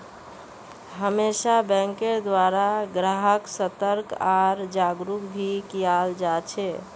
हमेशा बैंकेर द्वारा ग्राहक्क सतर्क आर जागरूक भी कियाल जा छे